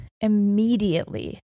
immediately